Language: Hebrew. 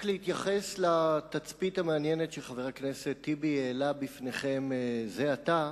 רק להתייחס לתצפית המעניינת שחבר הכנסת טיבי העלה בפניכם זה עתה.